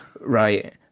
Right